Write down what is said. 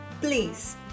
Please